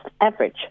average